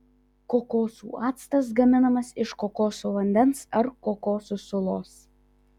kokosų actas gaminamas iš kokosų vandens ar kokosų sulos